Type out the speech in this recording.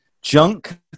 Junk